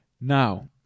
Now